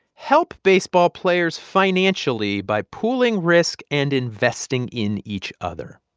help baseball players financially by pooling risk and investing in each other.